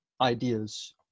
ideas